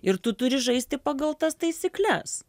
ir tu turi žaisti pagal tas taisykles